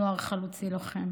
נוער חלוצי לוחם.